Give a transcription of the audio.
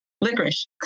licorice